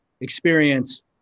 experience